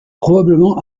probablement